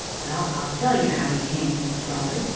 well, i'll tell you how he came, said sprawley,